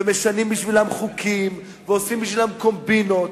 ומשנים בשבילם חוקים ועושים בשבילם קומבינות,